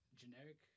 generic